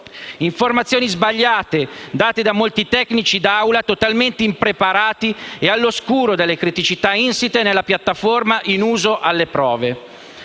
Informazioni sbagliate date da molti tecnici d'aula, totalmente impreparati e all'oscuro delle criticità insite nella piattaforma in uso per le prove.